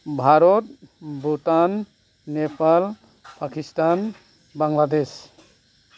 Bharat Bhutan Nepal Pakistan Bangladesh